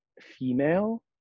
female